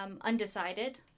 undecided